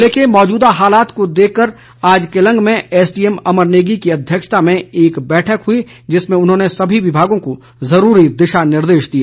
जिले के मौजूदा हालात को लेकर आज केलंग में एसडीएम अमर नेगी की अध्यक्षता में एक बैठक हुई जिसमें उन्होंने सभी विमागों को जरूरी दिशा निर्देश दिए